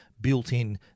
built-in